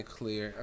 clear